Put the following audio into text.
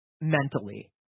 Mentally